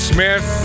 Smith